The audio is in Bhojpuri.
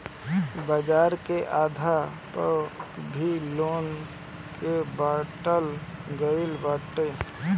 बाजार के आधार पअ भी लोन के बाटल गईल बाटे